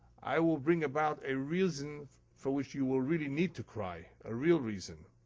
i will bring about a reason for which you will really need to cry, a real reason.